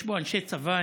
יש פה אנשי צבא,